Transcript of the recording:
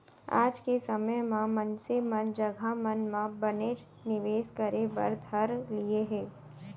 आज के समे म मनसे मन जघा मन म बनेच निवेस करे बर धर लिये हें